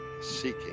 seeking